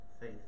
faith